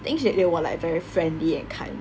then they were like very friendly and kind